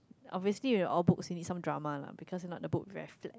obviously in all books you need some drama lah because it's not the book very flat